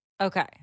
Okay